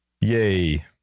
Yay